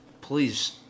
Please